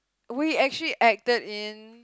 wait actually he acted in